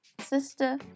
sister